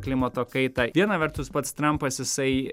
klimato kaitą viena vertus pats trampas jisai